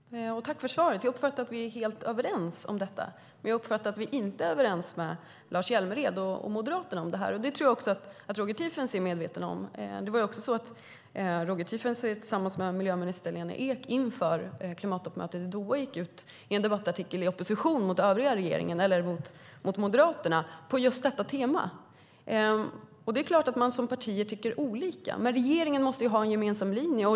Herr talman! Tack, Roger Tiefensee, för svaret! Jag uppfattar att vi är helt överens om detta och att vi inte är överens med Lars Hjälmered och Moderaterna. Det tror jag att också Roger Tiefensee är medveten om. Roger Tiefensee gick också inför klimattoppmötet i Doha tillsammans med miljöminister Lena Ek ut med en debattartikel i opposition mot övriga regeringen eller mot Moderaterna på just detta tema. Det är klart att man som partier tycker olika, men regeringen måste ju ha en gemensam linje.